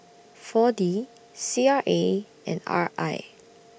four D C R A and R I